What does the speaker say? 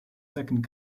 second